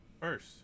First